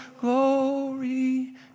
glory